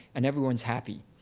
and everyone's happy.